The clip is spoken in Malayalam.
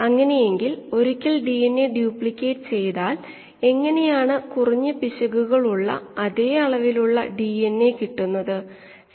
അതിനാൽ ഈ നിശ്ചിത ഫീഡ് നിരക്കിനെ വ്യാപ്തം കൊണ്ട് ഹരിച്ചാൽ എന്തായിരിക്കും കിട്ടുക എന്ന് നിങ്ങൾ ചിന്തിച്ചിട്ടുണ്ടോ